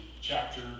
chapter